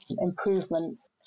improvements